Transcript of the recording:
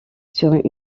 sur